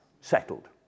settled